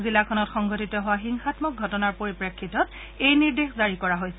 জিলাখনত সংঘটিত হোৱা হিংসামক ঘটনাৰ পৰিপ্ৰেক্ষিতত এই নিৰ্দেশ জাৰি কৰা হৈছে